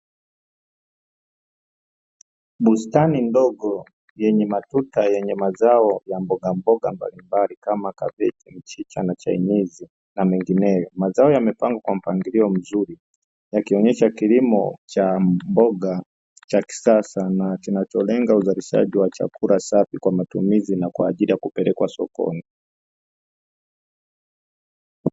Bustani ndogo yenye matuta yenye mazao ya mbogamboga mbalimbali kama kabeji, mchicha na chainizi na mengineyo. Mazao yamepangwa kwa mpangilio mzuri yakionesha kilimo cha mboga cha kisasa na kinacholenga uzalishaji wa chakula safi kwa matumizi na kwa ajili ya kupelekwa sokoni.